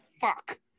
fuck